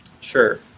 Sure